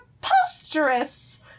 preposterous